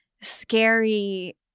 scary